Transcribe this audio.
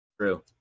true